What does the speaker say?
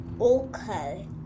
Okay